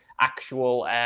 actual